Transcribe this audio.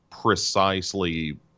precisely